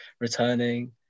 returning